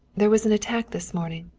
there was an attack this morning.